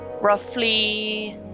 Roughly